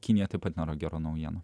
kinija taip pat nėra gera naujiena